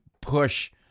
push